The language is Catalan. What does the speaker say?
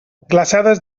glaçades